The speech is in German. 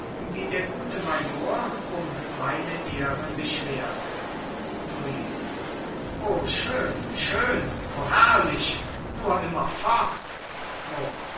wie der gute major um meine ehre sich wehrte luise o schön schön o herrlich nur immer fort